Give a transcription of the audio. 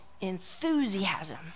enthusiasm